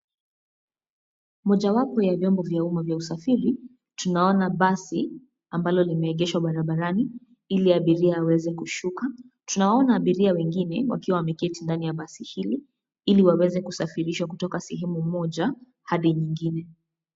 Mojawapo ya vyombo vya umma vya usafiri. Tunaona basi, ambalo limeegeshwa barabarani, ili abiria aweze kushuka. Tunaona abiria wengine wakiwa wameketi ndani ya basi hili, ili waweze kusafirishwa kutoka sehemu moja hadi nyingine.